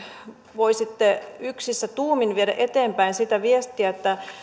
voisitte yksissä tuumin viedä eteenpäin sitä viestiä että